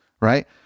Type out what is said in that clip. right